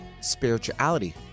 Spirituality